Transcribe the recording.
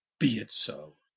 be it so.